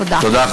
תודה.